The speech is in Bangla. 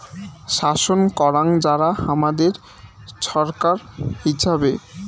শাসন করাং যারা হামাদের ছরকার হিচাবে